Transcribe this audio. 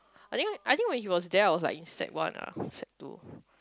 I think I think when he was there I was like in sec one ah or sec two